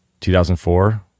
2004